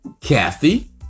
Kathy